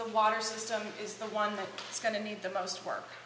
the water system is the one that is going to need the most work